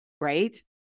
Right